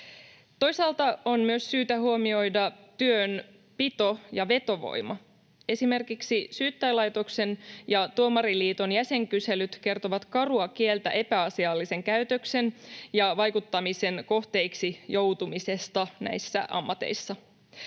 Toisaalta on myös syytä huomioida työn pito- ja vetovoima. Esimerkiksi Syyttäjälaitoksen ja Tuomariliiton jäsenkyselyt kertovat karua kieltä epäasiallisen käytöksen ja vaikuttamisen kohteiksi joutumisesta näissä ammateissa.